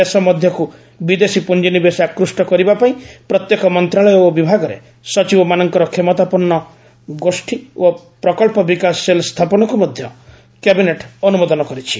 ଦେଶ ମଧ୍ୟକୁ ବିଦେଶୀ ପୁଞ୍ଜିନିବେଶ ଆକୃଷ୍ଟ କରିବା ପାଇଁ ପ୍ରତ୍ୟେକ ମନ୍ତ୍ରଣାଳୟ ଓ ବିଭାଗରେ ସଚିବମାନଙ୍କର କ୍ଷମତାପନ୍ନ ଗୋଷ୍ଠୀ ଓ ପ୍ରକଳ୍ପ ବିକାଶ ସେଲ୍ ସ୍ଥାପନକୁ ମଧ୍ୟ କ୍ୟାବିନେଟ୍ ଅନୁମୋଦନ କରିଛି